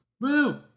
Woo